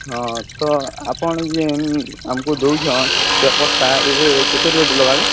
ହଁ ତ ଆପଣ ଯେନ୍ ଆମ୍କୁ ଦେଉଛନ୍ ପେପର୍ଟା ଏବେ କେତେ ରେଟ୍ ଲଗାବେ